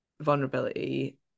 vulnerability